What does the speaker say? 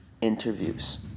interviews